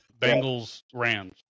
Bengals-Rams